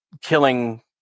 killing